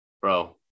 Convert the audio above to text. Bro